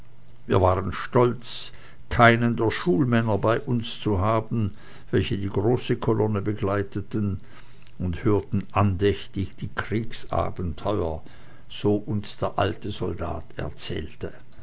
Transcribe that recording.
wir waren stolz keinen der schulmänner bei uns zu haben welche die große kolonne begleiteten und hörten andächtig die kriegsabenteuer so uns der alte soldat erzählte